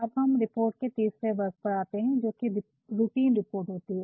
औरहम report के तीसरे वर्ग पर आते है जोकि रूटीन रिपोर्ट होती है